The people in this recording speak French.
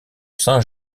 saint